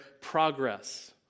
progress